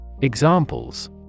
Examples